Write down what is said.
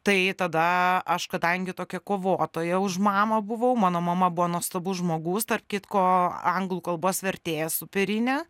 tai tada aš kadangi tokia kovotoja už mamą buvau mano mama buvo nuostabus žmogus tarp kitko anglų kalbos vertėja superinė